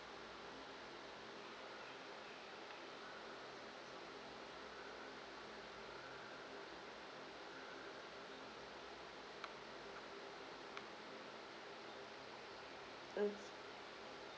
okay